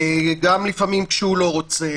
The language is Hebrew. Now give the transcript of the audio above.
בוקר טוב, אני מתכבד לפתוח את הישיבה.